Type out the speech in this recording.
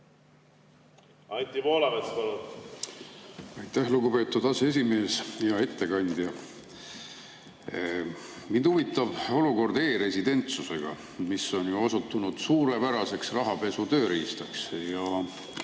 Aitäh, lugupeetud aseesimees! Hea ettekandja! Mind huvitab olukord e-residentsusega, mis on osutunud suurepäraseks rahapesu tööriistaks.